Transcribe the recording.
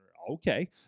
Okay